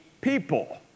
people